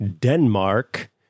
Denmark